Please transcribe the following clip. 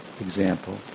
example